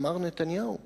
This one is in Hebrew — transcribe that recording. אמר נתניהו.